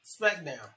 SmackDown